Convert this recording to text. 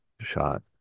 shot